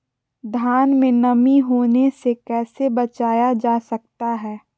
धान में नमी होने से कैसे बचाया जा सकता है?